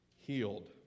healed